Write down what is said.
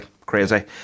Crazy